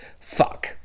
fuck